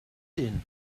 din